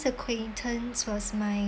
acquaintance was my